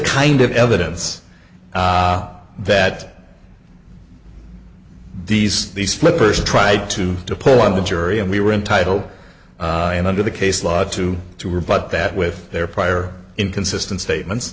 kind of evidence that these these flippers try to pull on the jury and we were entitled and under the case law to to rebut that with their prior inconsistent statements